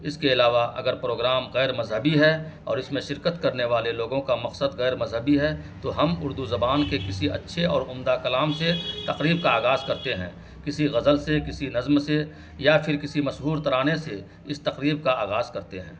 اس کے علاوہ اگر پروگرام غیر مذہبی ہے اور اس میں شرکت کرنے والے لوگوں کا مقصد غیر مذہبی ہے تو ہم اردو زبان کے کسی اچھے اور عمدہ کلام سے تقریب کا آغاز کرتے ہیں کسی غزل سے کسی نظم سے یا پھر کسی مشہور ترانے سے اس تقریب کا آغاز کرتے ہیں